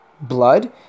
blood